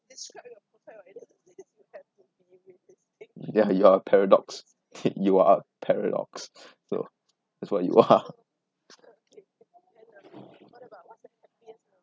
ya you are paradox you are paradox so that's what you are